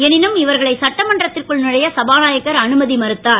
எனினும் இவர்களை சட்டமன்றத்திற்குள் நுழைய சபாநாயகர் அனுமதி மறுத்தார்